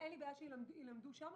ואין לי בעיה שילמדו שם.